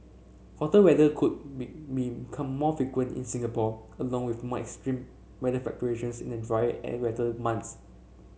hotter weather could be become more frequent in Singapore along with more extreme weather fluctuations in the drier and wetter months